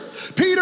Peter